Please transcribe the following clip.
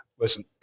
listen